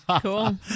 Cool